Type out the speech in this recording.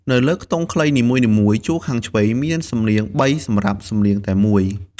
នៅលើខ្ទង់ខ្លីនីមួយៗ ជួរខាងឆ្វេង មានខ្សែសំនៀង ៣ សំរាប់សំនៀងតែ១។